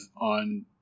on